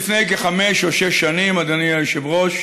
לפני כחמש או שש שנים, אדוני היושב-ראש,